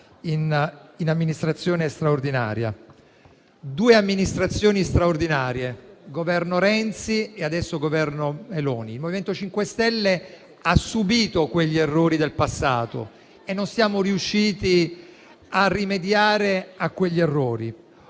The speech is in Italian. in amministrazione straordinaria, due amministrazioni straordinarie, con il Governo Renzi e adesso con il Governo Meloni. Il MoVimento 5 Stelle ha subito quegli errori del passato e non è riuscito a rimediarvi. Oggi siamo